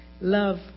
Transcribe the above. Love